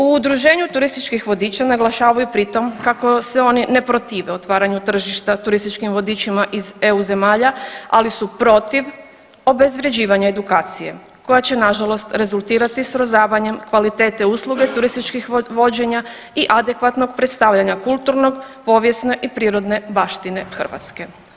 U udruženju turističkih vodiča naglašavaju pritom kako se oni ne protive otvaranju tržišta turističkim vodičima iz EU zemalja, ali su protiv obezvrjeđivanja edukacije koja će nažalost rezultirati srozavanjem kvalitete usluge turističkih vođenja i adekvatnog predstavljanja kulturnog, povijesne i prirodne baštine Hrvatske.